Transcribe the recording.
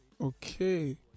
Okay